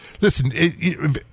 Listen